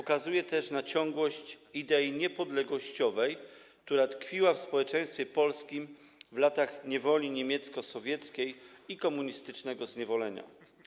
Wskazuje też na ciągłość idei niepodległościowej, która tkwiła w społeczeństwie polskim w latach niewoli niemiecko-sowieckiej i komunistycznego zniewolenia.